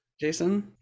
Jason